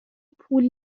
پول